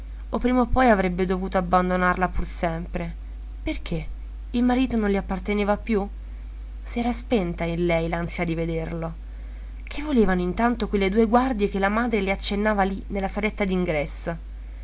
o prima o poi avrebbe dovuto abbandonarla pur sempre perché il marito non le apparteneva più si era spenta in lei l'ansia di vederlo che volevano intanto quelle due guardie che la madre le accennava lì nella saletta